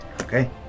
Okay